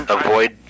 avoid